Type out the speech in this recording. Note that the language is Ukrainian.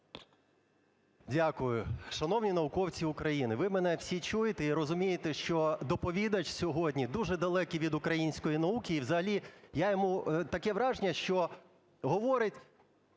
Дякую. Шановні науковці України, ви мене всі чуєте, і розумієте, що доповідач сьогодні дуже далекий від української науки. І взагалі я йому… таке враження, що говорить…